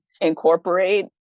incorporate